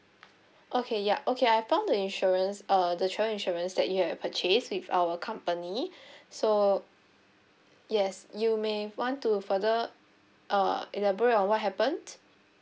okay yup okay I found the insurance uh the travel insurance that you've purchased with our company so yes you may want to further uh elaborate on what happens